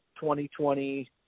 2020